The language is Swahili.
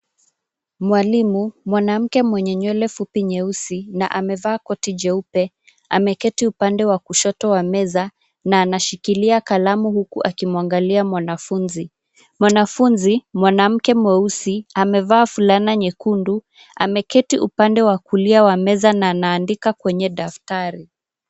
Mwalimu, mwanamke mwenye nywele fupi nyeusi na amevaa koti jeupe ameketi upande wa kushoto wa meza na anashikilia kalamu huku akimwangalia mwanafunzi. Mwanafunzi, mwanamke mweusi amevaa fulana nyekundu, ameketi upande wa kulia wa meza na anaandika kwenye daftari.